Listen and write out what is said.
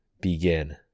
begin